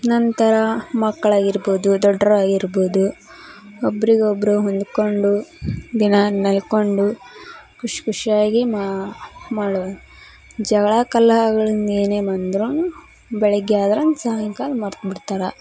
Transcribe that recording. ನಂತರ ಮಕ್ಳು ಆಗಿರ್ಬೋದು ದೊಡ್ರ್ ಆಗಿರ್ಬೋದು ಒಬ್ರಿಗೆ ಒಬ್ಬರು ಹೊಂದಿಕೊಂಡು ದಿನಾ ನಲ್ಕೊಂಡು ಖುಷಿ ಖುಷಿಯಾಗಿ ಮಾಡುವ ಜಗಳ ಕಲಹಗಳಿಂದ ಏನೇ ಬಂದ್ರೂನು ಬೆಳಗ್ಗೆ ಆದ್ರೆ ಸಾಯಂಕಾಲ ಮರ್ತು ಬಿಡ್ತಾರೆ